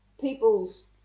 people's